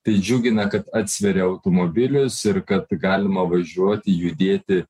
tai džiugina kad atsveria automobilius ir kad galima važiuoti judėti